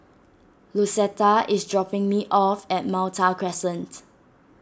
Lucetta is dropping me off at Malta Crescent